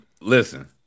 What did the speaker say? Listen